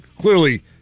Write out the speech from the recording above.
Clearly